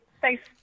Thanks